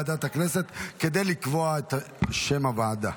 הכנסת כדי לקבוע את שם הוועדה.